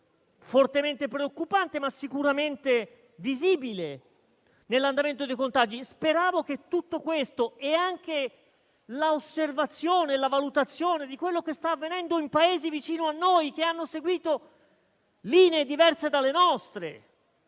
fortemente preoccupante, ma sicuramente visibile, nell'andamento dei contagi. Speravo che tutto questo, e anche l'osservazione e la valutazione di quello che sta avvenendo in Paesi vicino a noi che hanno seguito linee diverse dalle nostre,